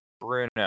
Bruno